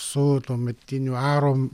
su tuometiniu aru